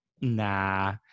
nah